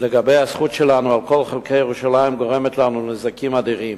לגבי הזכות שלנו על כל חלקי ירושלים גורמים לנו נזקים אדירים.